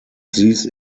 these